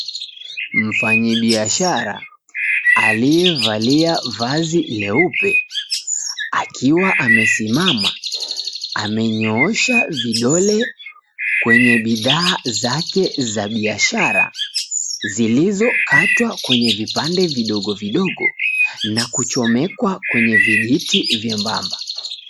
Mfanyibiashara aliyevalia vazi leupe akiwa amesimama amenyoosha vidole kwenye bidhaa zake za biashara zilizokatwa kwenye vipande vidogodogo na kuchomekwa kwenye vijiti vyembamba.